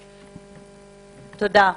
תודה.